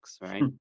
right